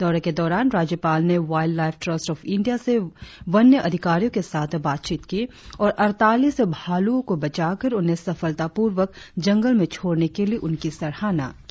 दौरे के दौरान राज्यपाल ने wildlife trust of India से वन्य अधिकारियों के साथ बातचीत की और अड़तालीस भालुओ को बचाकर उन्हें सफलतापूर्वक जंगल में छोड़ने के लिए उनकी सराहना की